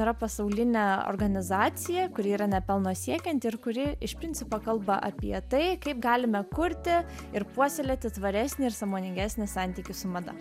yra pasaulinė organizacija kuri yra nepelno siekianti ir kuri iš principo kalba apie tai kaip galime kurti ir puoselėti tvaresnį ir sąmoningesnį santykį su mada